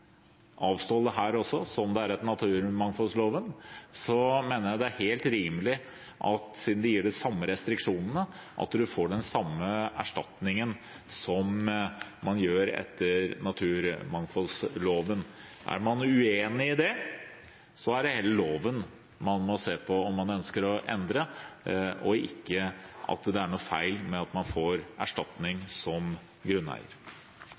det er snakk om frivillighet her også, som det er etter naturmangfoldloven – mener jeg det er helt rimelig at siden det gir de samme restriksjonene, bør man få den samme erstatningen som man gjør etter naturmangfoldloven. Er man uenig i det, er det hele loven man må se på om man ønsker å endre, ikke at det er noe feil med at man får erstatning som grunneier.